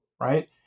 right